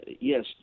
yes